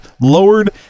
lowered